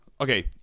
Okay